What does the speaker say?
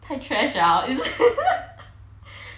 太 trash liao